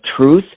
truth